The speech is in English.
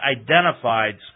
identified